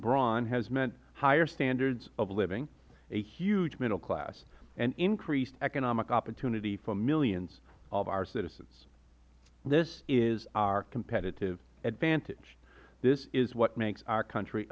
brawn has meant higher standards of living a huge middle class and increased economic opportunity for millions of our citizens this is our competitive advantage this is what makes our country